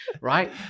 right